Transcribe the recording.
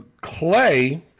Clay